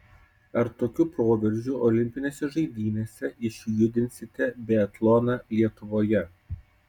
ar tokiu proveržiu olimpinėse žaidynėse išjudinsite biatloną lietuvoje